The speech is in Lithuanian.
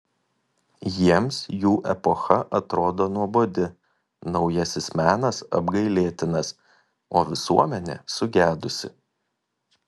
jiems jų epocha atrodo nuobodi naujasis menas apgailėtinas o visuomenė sugedusi